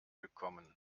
willkommen